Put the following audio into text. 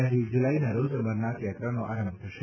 પહેલી જૂલાઇના રોજ અમરનાથ યાત્રાનો પ્રારંભ થશે